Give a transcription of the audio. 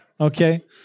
Okay